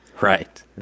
Right